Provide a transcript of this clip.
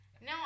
No